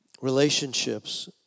relationships